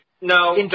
No